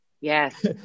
Yes